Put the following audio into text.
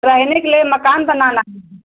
रहने के लिए मकान बनाना है